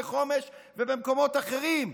בחומש ובמקומות אחרים,